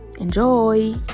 Enjoy